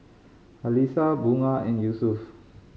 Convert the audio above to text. Alyssa Bunga and Yusuf